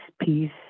peace